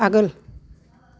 आगोल